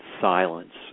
silence